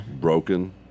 Broken